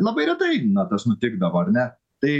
labai retai na tas nutikdavo ar ne tai